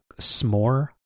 s'more